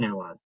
धन्यवाद